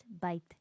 bite